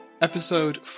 Episode